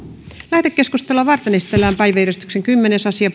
lähetekeskustelua varten esitellään päiväjärjestyksen kymmenes asia